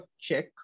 check